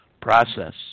process